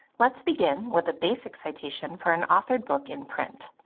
let's begin with a basic citation for an authored book in print.